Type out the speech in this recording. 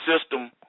system